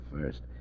first